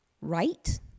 right